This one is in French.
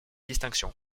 distinction